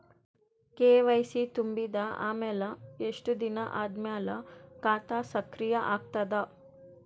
KYC ತುಂಬಿದ ಅಮೆಲ ಎಷ್ಟ ದಿನ ಆದ ಮೇಲ ಖಾತಾ ಸಕ್ರಿಯ ಅಗತದ?